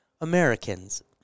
Americans